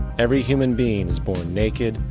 every human being was born naked,